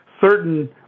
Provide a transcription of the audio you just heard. certain